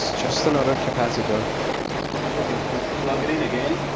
just another capacitor okay, let's plug it in again